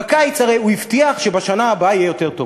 בקיץ הוא הרי הבטיח שבשנה הבאה יהיה יותר טוב.